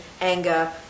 anger